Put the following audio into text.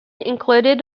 included